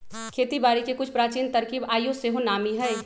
खेती बारिके के कुछ प्राचीन तरकिब आइयो सेहो नामी हइ